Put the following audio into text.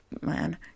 man